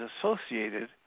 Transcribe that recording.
associated